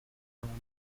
around